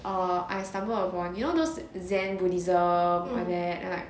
orh I stumbled upon you know those zen buddhism all that and like